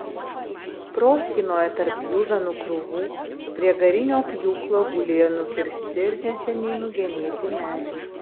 proskynoje tarp pjuvenų krūvų prie garinio pjūklo gulėjo nukirsti ir neseniai nugenėti medžiai